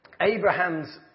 Abraham's